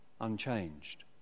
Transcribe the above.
unchanged